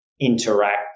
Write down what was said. interact